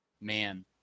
man